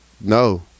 no